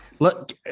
Look